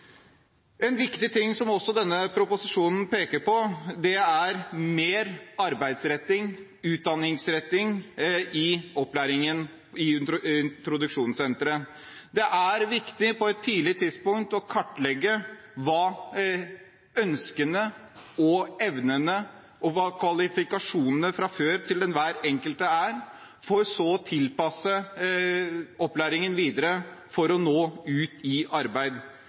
En viktig ting denne proposisjonen peker på, er mer arbeidsretting og utdanningsretting i opplæringen i introduksjonssentre. Det er viktig på et tidlig tidspunkt å kartlegge hva ønskene, evnene og kvalifikasjonene til den enkelte er fra før, for så å tilpasse opplæringen videre for å nå ut i arbeid.